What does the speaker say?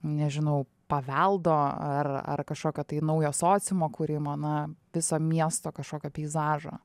nežinau paveldo ar ar kažkokio tai naujo sociumo kūrimo na viso miesto kažkokio peizažo